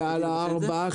ועל הארבעה,